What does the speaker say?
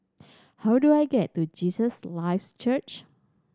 how do I get to Jesus Lives Church